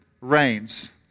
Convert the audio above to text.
reigns